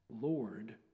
Lord